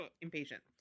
impatient